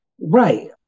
Right